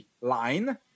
line